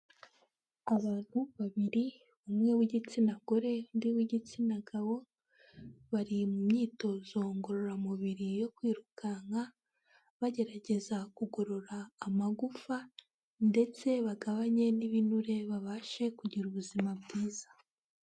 Abantu babiri, umwe w'igitsina gore, undi w'igitsina gabo, bari mu myitozo ngororamubiri yo kwirukanka, bagerageza kugorora amagufa ndetse bagabanye n'ibinure, babashe kugira ubuzima bwiza.